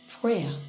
prayer